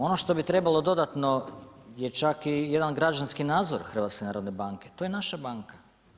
Ono što bi trebalo dodatno je čak i jedan građanski nadzor HNB-a, to je naša banka.